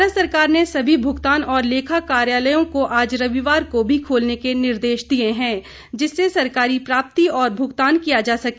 भारत सरकार ने सभी भुगतान और लेखा कार्यालयों को आज रविवार को भी खोलने के निर्देश दिए हैं जिससे सरकारी प्राप्ति और भुगतान किया जा सके